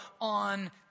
on